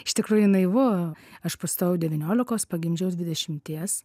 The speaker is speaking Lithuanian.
iš tikrųjų naivu aš pastojau devyniolikos pagimdžiau dvidešimties